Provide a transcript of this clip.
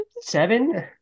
seven